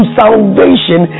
salvation